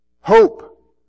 hope